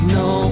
no